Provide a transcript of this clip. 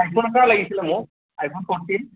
iPhone এটা লাগিছিলে মোক আইফোন ফৰটিন